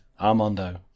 Armando